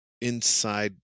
inside